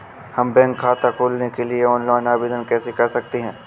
हम बैंक खाता खोलने के लिए ऑनलाइन आवेदन कैसे कर सकते हैं?